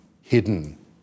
hidden